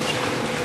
המליאה.)